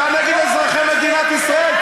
אתה נגד אזרחי מדינת ישראל.